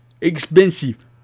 expensive